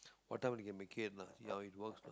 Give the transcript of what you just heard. what time they can make it lah see how it works